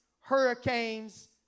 hurricanes